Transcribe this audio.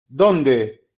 dónde